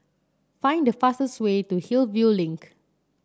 find the fastest way to Hillview Link